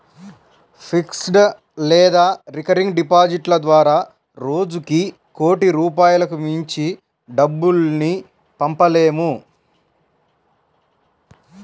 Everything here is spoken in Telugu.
ఫిక్స్డ్ లేదా రికరింగ్ డిపాజిట్ల ద్వారా రోజుకి కోటి రూపాయలకు మించి డబ్బుల్ని పంపలేము